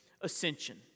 ascension